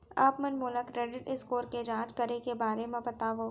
आप मन मोला क्रेडिट स्कोर के जाँच करे के बारे म बतावव?